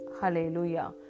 Hallelujah